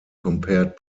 compared